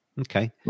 Okay